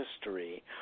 history